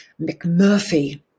McMurphy